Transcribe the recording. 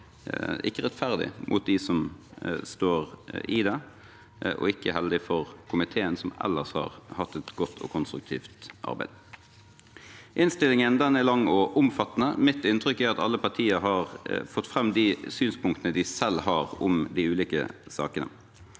var rettferdig mot dem som står i dette, og ikke heldig for komiteen, som ellers har hatt et godt og konstruktivt arbeid. Innstillingen er lang og omfattende. Mitt inntrykk er at alle partier har fått fram de synspunktene de selv har om de ulike sakene.